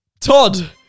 Todd